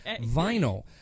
Vinyl